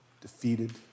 defeated